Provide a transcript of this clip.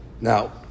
Now